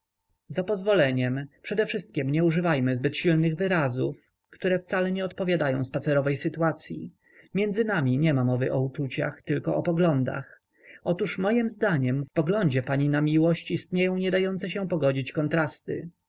za pozwoleniem przedewszystkiem nie używajmy zbyt silnych wyrazów które wcale nie odpowiadają spacerowej sytuacyi między nami niema mowy o uczuciach tylko o poglądach otóż mojem zdaniem w poglądzie pani na miłość istnieją niedające się pogodzić kontrasty